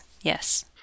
Yes